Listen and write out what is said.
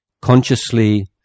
consciously